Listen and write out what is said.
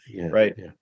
Right